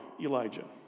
Elijah